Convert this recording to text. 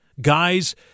Guys